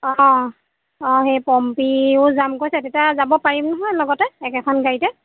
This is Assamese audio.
অঁ অঁ অঁ সেই পম্পীও যাম কৈছে তেতিয়া যাব পাৰিম নহয় লগতে একেখন গাড়ীতে